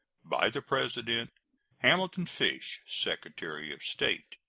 by the president hamilton fish, secretary of state.